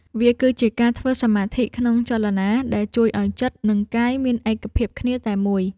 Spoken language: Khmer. វាគឺជាការធ្វើសមាធិក្នុងចលនា ដែលជួយឱ្យចិត្ត និងកាយមានឯកភាពគ្នាតែមួយ។